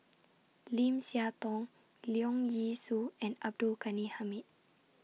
Lim Siah Tong Leong Yee Soo and Abdul Ghani Hamid